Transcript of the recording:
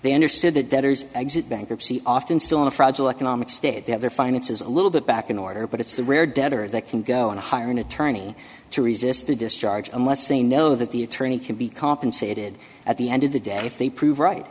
they understood that debtors exit bankruptcy often still in a fragile economic state they have their finances a little bit back in order but it's the rare debtor that can go and hire an attorney to resist the discharge unless they know that the attorney can be compensated at the end of the day if they prove right